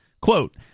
Quote